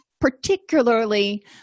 particularly